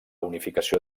unificació